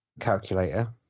calculator